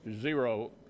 zero